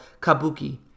kabuki